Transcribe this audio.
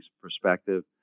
perspective